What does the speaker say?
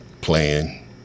playing